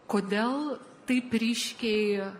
kodėl taip ryškiai